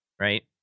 right